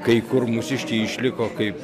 kai kur mūsiškiai išliko kaip